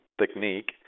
technique